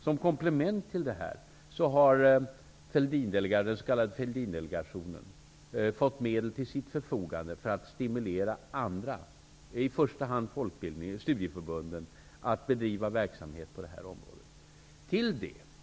Som komplement till detta har den s.k. Fälldindelegationen fått medel till sitt förfogande för att stimulera andra, i första hand studieförbunden, att bedriva verksamhet på det här området.